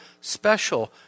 special